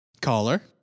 caller